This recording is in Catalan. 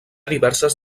diverses